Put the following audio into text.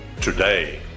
today